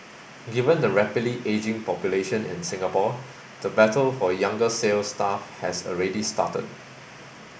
given the rapidly ageing population in Singapore the battle for younger sales staff has already started